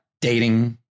dating